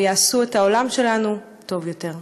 ויעשו את העולם שלנו טוב יותר.